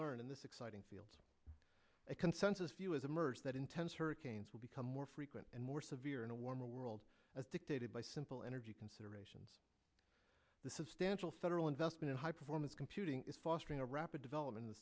learned in this exciting field a consensus view is emerged that intense hurricanes will become more frequent and more severe in a warmer world as dictated by simple energy considerations the substantial federal investment in high performance computing is fostering a rapid development the